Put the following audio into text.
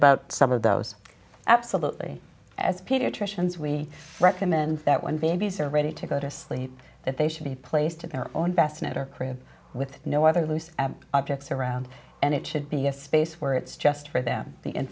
about some of those absolutely as pediatricians we recommend that when babies are ready to go to sleep that they should be placed in their own best netter cream with no other loose objects around and it should be a space where it's just for them